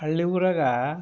ಹಳ್ಳಿ ಊರಾಗ